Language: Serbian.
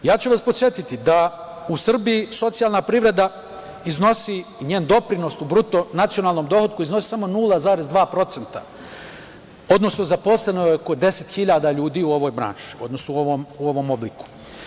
Podsetiću vas da u Srbiji socijalna privreda iznosi, njen doprinos u bruto nacionalnom dohotku iznosi samo 0,2%, odnosno zaposleno je oko 10.000 ljudi u ovoj branši, odnosno u ovom obliku.